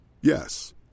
Yes